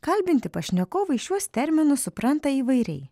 kalbinti pašnekovai šiuos terminus supranta įvairiai